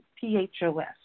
P-H-O-S